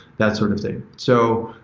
that sort of thing. so,